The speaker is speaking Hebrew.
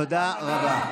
תודה רבה.